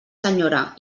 senyora